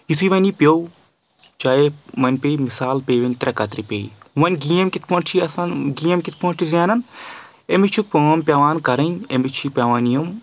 یِتھُے وَنۍ یہِ پیٚو چاہے وَنۍ پیٚیہِ مِثال پیٚیہِ ونۍ ترٛےٚ کترٕ پی وۄنۍ گیم کِتھ پٲنٛٹھۍ چھِ یہِ آسان گیم کِتھ پٲنٛٹھۍ چھِ زینان أمِس چھُ کٲم پؠوان کَرٕنۍ أمِس چھِ پؠوان یِم